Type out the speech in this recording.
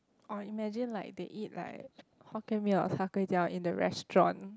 or imagine like they eat like Hokkien-Mee or Char Kway Teow in the restaurant